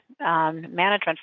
management